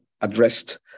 addressed